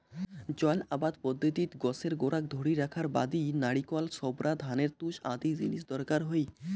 জল আবাদ পদ্ধতিত গছের গোড়াক ধরি রাখার বাদি নারিকল ছোবড়া, ধানের তুষ আদি জিনিস দরকার হই